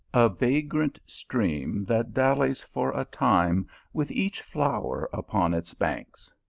a vagrant stream that dallies for a time with each flower upon its banks,